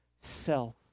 self